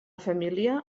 família